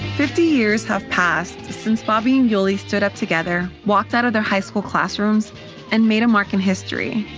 fifty years have passed since bobby and yoli stood up together, walked out of their high school classrooms and made a mark in history.